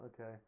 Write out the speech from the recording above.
Okay